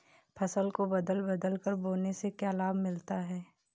फसल को बदल बदल कर बोने से क्या लाभ मिलता है?